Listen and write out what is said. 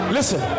Listen